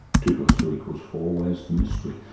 two plus two equals four, where's the mystery?